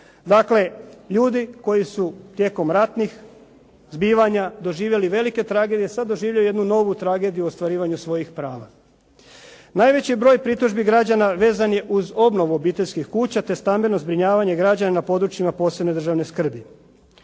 Dakle, ljudi koji su tijekom ratnih zbivanja doživjeli velike tragedije sad doživljaju jednu novu tragediju u ostvarivanju svojih prava. Najveći broj pritužbi građana vezan je uz obnovu obiteljskih kuća, te stambeno zbrinjavanje građana na područjima posebne državne skrbi.